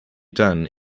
done